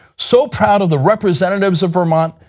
so proud of the representatives of vermont,